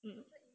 hmm